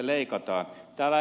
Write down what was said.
täällä ed